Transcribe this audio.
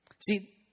See